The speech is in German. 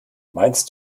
meinst